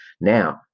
Now